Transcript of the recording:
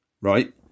right